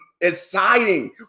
exciting